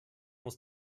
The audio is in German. muss